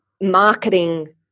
marketing